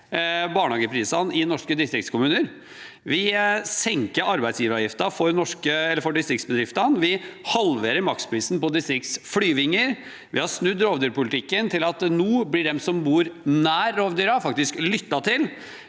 barnehageprisene i norske distriktskommuner. Vi senker arbeidsgiveravgiften for distriktsbedriftene, vi halverer maksprisen på distriktsflyvninger, vi har snudd rovdyrpolitikken, slik at de som bor nær rovdyrene, nå